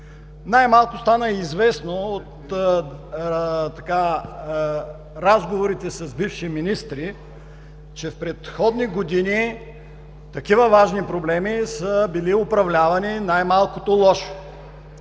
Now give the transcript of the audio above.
Най-малко, стана известно от разговорите с бивши министри, че в предходни години такива важни проблеми са били управлявани най-малкото лошо.